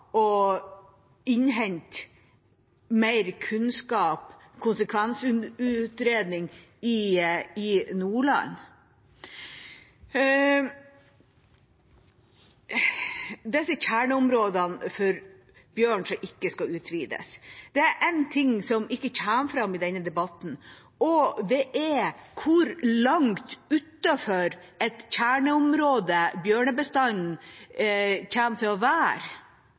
å innhente mer kunnskap, f.eks. konsekvensutredning i Nordland. Disse kjerneområdene for bjørn som ikke skal utvides: Det er én ting som ikke kommer fram i denne debatten, og det er hvor langt utenfor et kjerneområde bjørnebestanden kommer til å være.